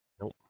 Nope